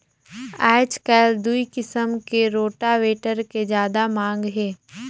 आयज कायल दूई किसम के रोटावेटर के जादा मांग हे